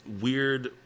weird